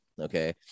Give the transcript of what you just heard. okay